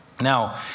Now